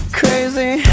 crazy